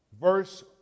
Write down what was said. Verse